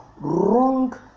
wrong